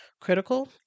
critical